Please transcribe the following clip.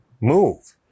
move